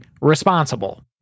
responsible